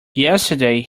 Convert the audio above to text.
yesterday